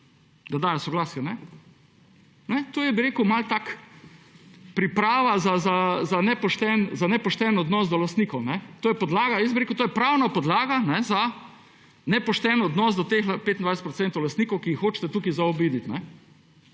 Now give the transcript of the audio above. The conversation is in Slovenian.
da dajo soglasje. To je bil rekel malo tako priprava za nepošten odnos do lastnikov. To je podlaga, jaz bi rekel to je pravna podlaga za nepošten odnos do teh 25 % lastnikov, ki jih hočete tukaj zaobiti.